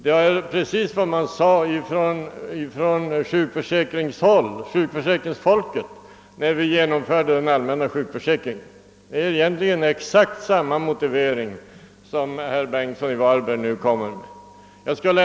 Detta är precis vad sjukförsäkringsfolket sade när vi skulle genomföra den allmänna sjukförsäkringen. De hade exakt samma motivering som herr Bengtsson i Varberg nu har anfört.